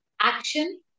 action